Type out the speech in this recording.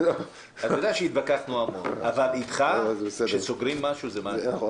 אתה יודע שהתווכחנו המון אבל איתך כשסוגרים משהו זה סגור.